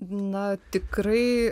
na tikrai